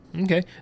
Okay